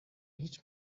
هیچ